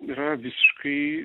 yra visiškai